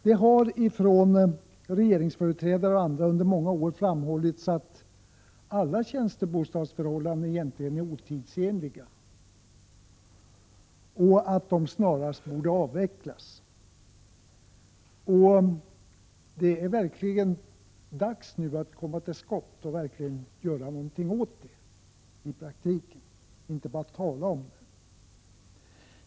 Det har ifrån regeringsföreträdare och andra under många år framhållits att alla tjänstebostadsförhållanden egentligen är otidsenliga och snarast borde avvecklas. Det är verkligen dags nu att komma till skott och göra något åt detta i praktiken — inte bara tala om det.